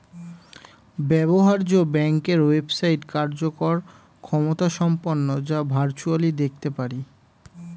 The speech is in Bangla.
ব্যবহার্য ব্যাংকের ওয়েবসাইট কার্যকর ক্ষমতাসম্পন্ন যা ভার্চুয়ালি দেখতে পারি